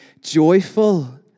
joyful